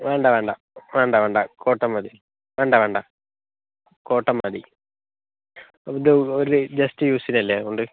വേണ്ട വേണ്ട വേണ്ട വേണ്ട കോട്ടൺ മതി വേണ്ട വേണ്ട കോട്ടൺ മതി ഇത് ഒരു ജസ്റ്റ് യുസിനല്ലേ അതുകൊണ്ട്